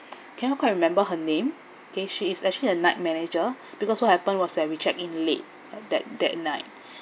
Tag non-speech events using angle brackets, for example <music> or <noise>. I cannot quite remember her name okay she is actually a night manager <breath> because what happened was that we checked in late that that night <breath>